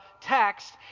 text